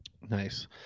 Nice